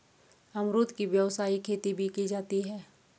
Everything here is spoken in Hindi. अमरुद की व्यावसायिक खेती भी की जाती है